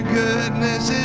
goodness